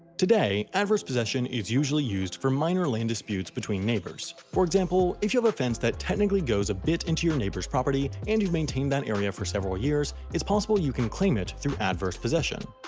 today, adverse possession is usually used for minor land disputes between neighbors. for example, if you have a fence that technically goes a bit into your neighbor's property, and you've maintained that area for several years, it's possible you can claim it through adverse possession.